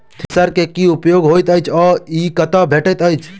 Thresher केँ की उपयोग होइत अछि आ ई कतह भेटइत अछि?